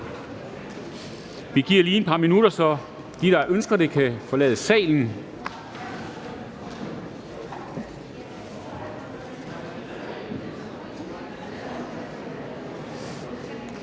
Vi giver lige et par minutter, så de, der ønsker det, kan forlade salen.